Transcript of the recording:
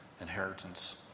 inheritance